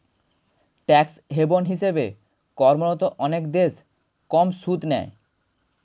tax haven হিসেবে কর্মরত অনেক দেশ কম সুদ নেয়